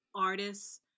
artists